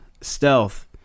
Stealth